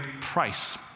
price